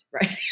right